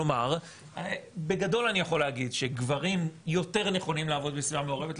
כלומר בגדול אני יכול להגיד שגברים יותר נכונים לעבוד בסביבה מעורבת,